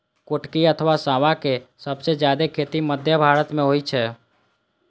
कुटकी अथवा सावां के सबसं जादे खेती मध्य भारत मे होइ छै